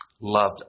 loved